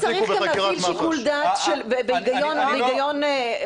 לפעמים צריך גם להפעיל שיקול דעת והיגיון פשוט.